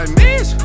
miss